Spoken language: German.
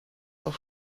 auch